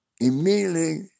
immediately